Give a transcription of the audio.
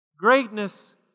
Greatness